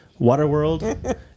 Waterworld